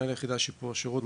מנהל היחידה לשיפור השירות,